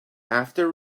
after